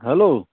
hello